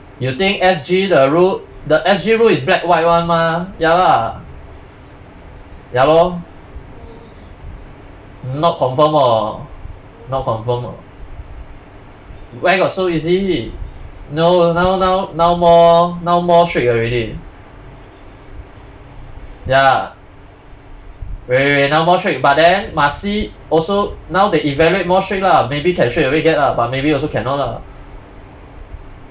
you think S_G the rule the S_G rule is black white [one] mah ya lah ya lor not confirm orh not confirm ah where got so easily no now now now more now more strict already ya really now more strict but then must see also now they evaluate more strict lah maybe can straightaway get lah but maybe also cannot lah